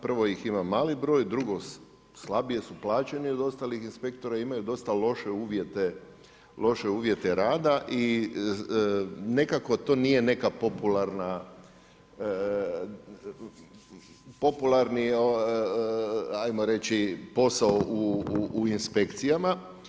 Prvo ih ima mali broj, drugo slabije su plaćeni od ostalih inspektora i imaju dosta loše uvjete rada i nekako to nije neka popularni posao u inspekcijama.